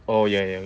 oh ya ya